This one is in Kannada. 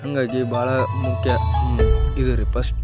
ಹಾಗಾಗಿ ಭಾಳ ಮುಖ್ಯ ಇದು ರೀ ಪಸ್ಟ್